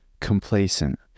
complacent